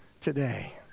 today